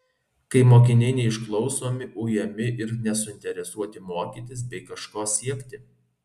kai mokiniai neišklausomi ujami ir nesuinteresuoti mokytis bei kažko siekti